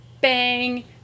bang